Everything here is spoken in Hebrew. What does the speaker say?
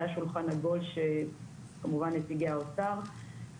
וכמובן נציגי האוצר.